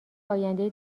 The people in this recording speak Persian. آینده